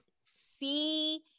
see